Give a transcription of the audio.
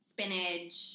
spinach